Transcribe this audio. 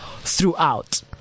throughout